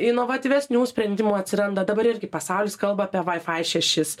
inovatyvesnių sprendimų atsiranda dabar irgi pasaulis kalba apie wifi šešis